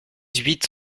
huit